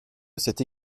cette